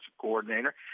coordinator